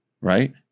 Right